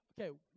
okay